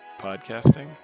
Podcasting